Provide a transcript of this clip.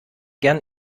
gern